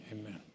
amen